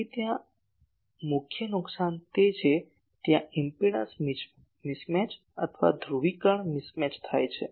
તેથી ત્યાં મુખ્ય નુકસાન તે છે ત્યાં ઇમ્પેડંસ મિસમેચ અથવા ધ્રુવીકરણ મિસમેચ થાય છે